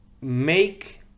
make